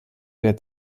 der